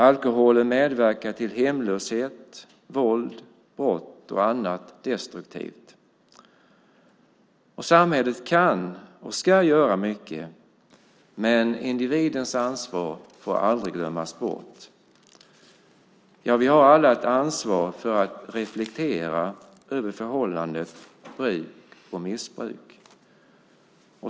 Alkoholen medverkar till hemlöshet, våld, brott och annat destruktivt. Samhället kan och ska göra mycket, men individens ansvar får aldrig glömmas bort. Vi har alla ett ansvar för att reflektera över förhållandet mellan bruk och missbruk.